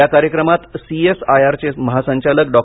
या कार्यक्रमात सीएसआयआरचे महासंचालक डॉ